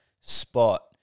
spot